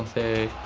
the